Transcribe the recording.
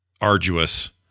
arduous